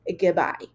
Goodbye